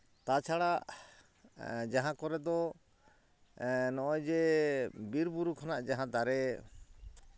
ᱛᱟᱪᱷᱟᱲᱟ ᱡᱟᱦᱟᱸ ᱠᱚᱨᱮ ᱫᱚ ᱱᱚᱜᱼᱚᱭ ᱡᱮ ᱵᱤᱨ ᱵᱩᱨᱩ ᱠᱷᱚᱱᱟᱜ ᱡᱟᱦᱟᱸ ᱫᱟᱨᱮ